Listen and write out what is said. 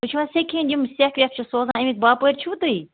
تُہۍ چھُو حظ سٮ۪کہِ ہٕنٛدۍ یِم سٮ۪کھ وٮ۪کھ چھِ سوزان اَمِکۍ باپٲرۍ چھُوٕ تُہۍ